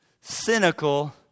cynical